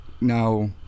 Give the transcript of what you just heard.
now